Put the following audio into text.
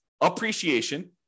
appreciation